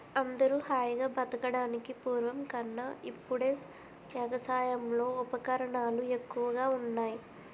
అందరూ హాయిగా బతకడానికి పూర్వం కన్నా ఇప్పుడే ఎగసాయంలో ఉపకరణాలు ఎక్కువగా ఉన్నాయ్